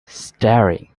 staring